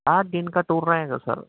آٹھ دن کا ٹور رہے گا سر